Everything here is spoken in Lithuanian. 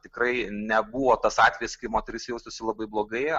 tikrai nebuvo tas atvejis kai moteris jaustųsi labai blogai